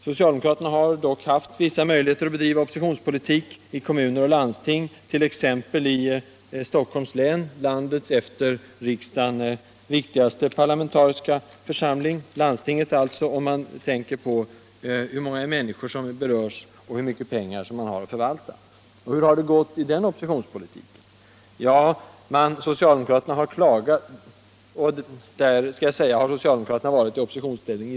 Socialdemokraterna har dock haft vissa möjligheter att bedriva oppositionspolitik i kommuner och landsting, t.ex. i Stockholms läns landsting, landets efter riksdagen viktigaste parlamentariska församling, om man tänker på hur många människor som berörs och hur mycket pengar som man har att förvalta. Där har socialdemokraterna varit i oppositionsställning i tio år. Hur har det gått i den oppositionspolitiken?